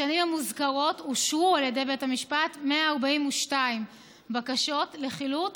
בשנים המוזכרות אושרו על ידי בית המשפט 142 בקשות לחילוט,